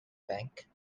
bank